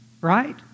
right